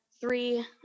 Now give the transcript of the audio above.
three